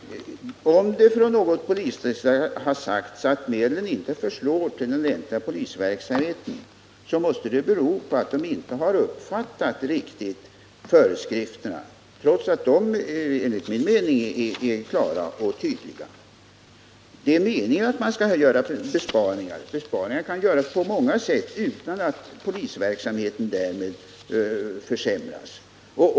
Herr talman! Om det från något polisdistrikt har sagts att medlen inte förslår till den egentliga polisverksamheten, måste det bero på att man där inte riktigt har uppfattat föreskrifterna, trots att de enligt min mening är helt klara och tydliga. Det är meningen att man skall göra besparingar, och sådana kan göras på många sätt, utan att polisverksamheten därmed försämras.